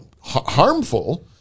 harmful